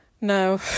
no